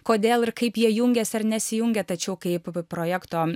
kodėl ir kaip jie jungiasi ar nesijungia tačiau kaipp projekto